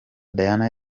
diana